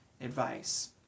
advice